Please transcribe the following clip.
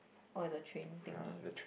oh at the train thingy